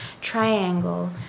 triangle